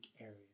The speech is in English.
areas